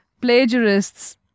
plagiarists